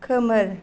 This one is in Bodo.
खोमोर